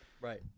right